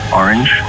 orange